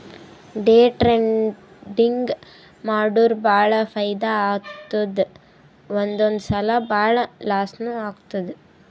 day trading ಮಾಡುರ್ ಭಾಳ ಫೈದಾ ಆತ್ತುದ್ ಒಂದೊಂದ್ ಸಲಾ ಭಾಳ ಲಾಸ್ನೂ ಆತ್ತುದ್